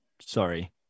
sorry